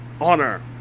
honor